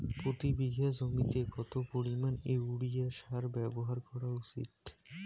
প্রতি বিঘা জমিতে কত পরিমাণ ইউরিয়া সার ব্যবহার করা উচিৎ?